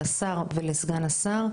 לשר ולסגן השר,